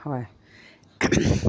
হয়